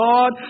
God